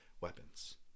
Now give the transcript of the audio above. weapons